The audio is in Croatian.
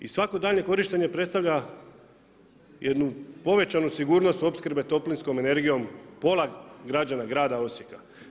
I svako daljnje korištenje predstavlja jednu povećanu sigurnost opskrbe toplinskom energije, pola građana grada Osijeka.